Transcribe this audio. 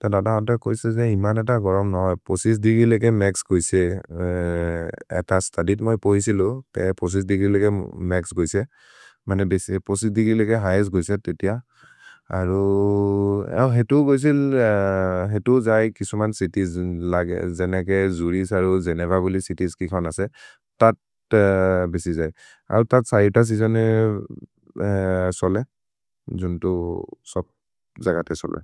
त ददहोत् त कोइसे जे इमन् एत गरम् नहए पोसिस् दिगि लेके मक्स् गोइसे एत स्तुदित् मै पोइसे सिलो पोसिस् दिगि लेके मक्स् गोइसे मने बेसि पोसिस् दिगि लेके हिघेस्त् गोइसे तेतिअ अरु। अरु हेतु गोइसे ले हेतु जै किसुमन् चितिएस् लगे जेनेके जुरिस् अरु जेनेबबुलि चितिएस् किफन् असे तत् बेसि जै अरु तत् सहित सेजोने सोले जुन्तु। सोब्। जगते सोले।